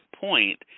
point